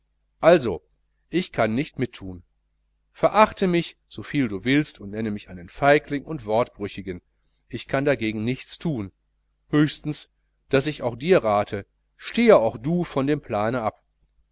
also ich kann nicht mitthun verachte mich soviel du willst und nenne mich einen feigling und wortbrüchigen ich kann nichts dagegen thun höchstens daß ich auch dir rate stehe auch du von dem plane ab